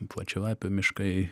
plačialapių miškai